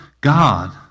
God